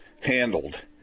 handled